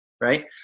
right